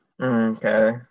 Okay